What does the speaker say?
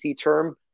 term